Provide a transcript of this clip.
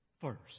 first